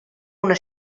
una